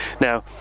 Now